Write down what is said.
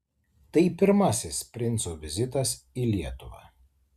tai pirmasis princo vizitas į lietuvą